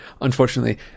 unfortunately